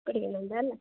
കുടിക്കുന്നുണ്ട് അല്ലേ